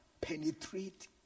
penetrate